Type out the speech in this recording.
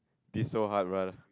this so hard well